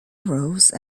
arose